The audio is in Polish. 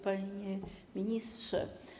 Panie Ministrze!